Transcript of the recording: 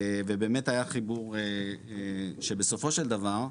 באמת היה חיבור שבסופו של דבר,